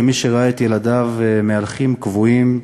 כמי שראה את ילדיו מהלכים כבויים,